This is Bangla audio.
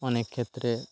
অনেক ক্ষেত্রে